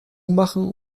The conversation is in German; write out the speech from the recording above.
machen